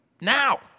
now